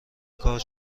کار